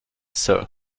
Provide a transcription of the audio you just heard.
sir